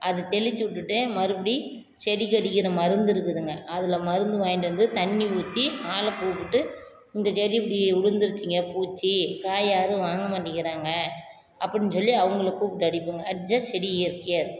அதை தெளிச்சு விட்டுட்டு மறுபடி செடிக்கு அடிக்கிற மருந்து இருக்குதுங்க அதில் மருந்து வாங்கிட்டு வந்து தண்ணி ஊற்றி ஆளை கூப்பிட்டு இந்த செடி இப்படி உலுந்துருச்சுங்க பூச்சி காய் யாரும் வாங்க மாட்டேன்கிறாங்க அப்படின்னு சொல்லி அவங்கள கூப்பிட்டு அடிப்போம்ங்க அடித்தா செடி இயற்கையாகஇருக்கும்